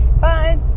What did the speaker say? Bye